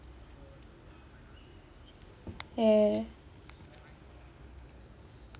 ya